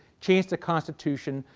changed the constitution,